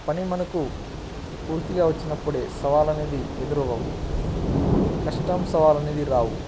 ఆ పని మనకు పూర్తిగా వచ్చినప్పుడు సవాల్ అనేది ఎదురు అవ్వవు కష్టం సవాల్ అనేది రావు